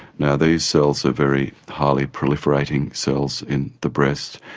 yeah these cells are very highly proliferating cells in the breast,